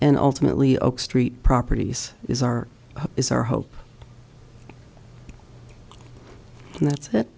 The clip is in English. and ultimately oak street properties is our is our hope and that's it